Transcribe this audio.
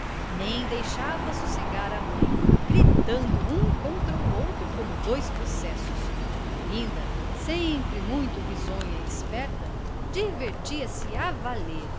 nem deixava sossegar a mãe gritando um contra o outro como dois possessos florinda sempre muito risonha e esperta divertia-se a valer